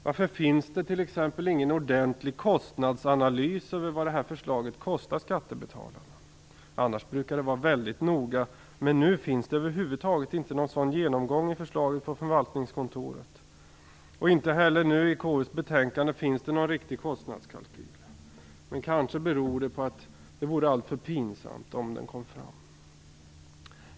Varför finns det t.ex. ingen ordentlig kostnadsanalys över vad det här förslaget kostar skattebetalarna. Annars brukar det vara mycket noga. I förslaget från förvaltningskontoret finns det över huvud taget inte någon sådan genomgång. Inte heller i konstitutionsutskottets betänkande finns det någon riktig kostnadskalkyl. Kanske beror det på att det vore alltför pinsamt om den kom fram.